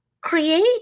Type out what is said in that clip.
create